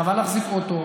חבל להחזיק אוטו.